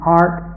art